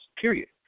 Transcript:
Period